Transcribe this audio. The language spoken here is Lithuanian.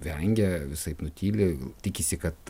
vengia visaip nutyli tikisi kad